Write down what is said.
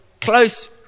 close